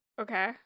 Okay